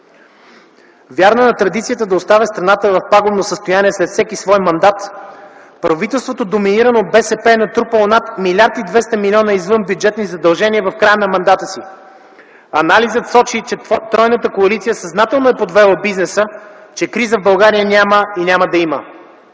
Вярно на традицията да оставя страната в пагубно състояние след всеки свой мандат, правителството, доминирано от БСП, е натрупало над 1,2 млрд. лева извънбюджетни задължения в края на мандата си. Анализът сочи, че тройната коалиция съзнателно е подвела бизнеса, че криза в България няма и няма да има.